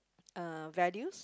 uh values